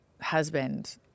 husband